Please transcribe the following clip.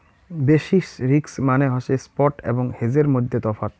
basis risk মানে হসে spot এবং হেজের মইধ্যে তফাৎ